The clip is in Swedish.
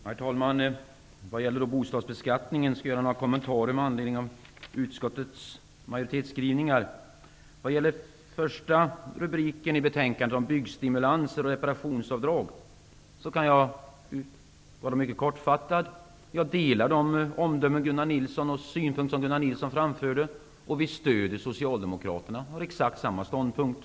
Herr talman! Vad gäller bostadsbeskattningen skall jag göra några kommentarer med anledning av utskottets majoritetsskrivningar. Beträffande den första rubriken i betänkandet, Byggstimulanser och reparationsavdrag, kan jag vara mycket kortfattad. Jag delar de synpunkter och omdömen som Gunnar Nilsson framförde. Vi stödjer här Socialdemokraterna och har exakt samma ståndpunkt.